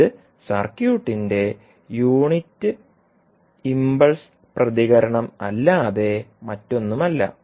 അതിനാൽ ഇത് സർക്യൂട്ടിന്റെ യൂണിറ്റ് ഇംപൾസ് പ്രതികരണമല്ലാതെ മറ്റൊന്നുമല്ല